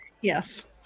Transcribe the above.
Yes